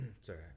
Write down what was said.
sorry